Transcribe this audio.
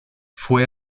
fue